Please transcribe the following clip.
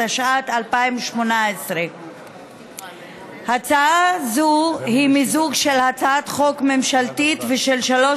התשע"ט 2018. הצעה זו היא מיזוג של הצעת חוק ממשלתית ושל שלוש